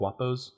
Guapos